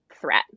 threat